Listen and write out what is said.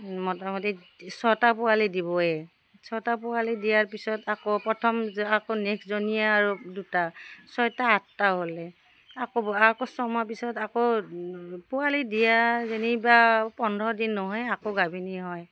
মোটামুটি ছটা পোৱালি দিবয়ে ছটা পোৱালি দিয়াৰ পিছত আকৌ প্ৰথম আকৌ নেক্সটজনীয়ে আৰু দুটা ছয়টা আঠটা হ'লে আকৌ আকৌ ছমাহ পিছত আকৌ পোৱালি দিয়া যেনিবা পোন্ধৰ দিন নহয় আকৌ গাভিনী হয়